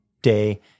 day